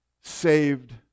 saved